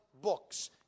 books